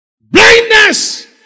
Blindness